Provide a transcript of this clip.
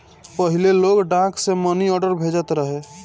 पहिले लोग डाक से मनीआर्डर भेजत रहे